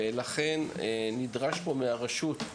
לכן נדרש פה מהרשות,